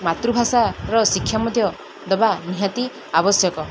ମାତୃଭାଷାର ଶିକ୍ଷା ମଧ୍ୟ ଦେବା ନିହାତି ଆବଶ୍ୟକ